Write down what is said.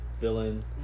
villain